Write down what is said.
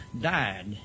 died